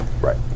Right